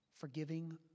forgiving